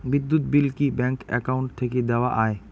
বিদ্যুৎ বিল কি bank account থাকি দেওয়া য়ায়?